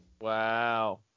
Wow